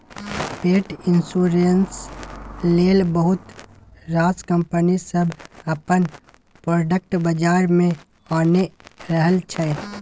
पेट इन्स्योरेन्स लेल बहुत रास कंपनी सब अपन प्रोडक्ट बजार मे आनि रहल छै